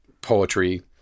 poetry